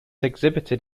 exhibited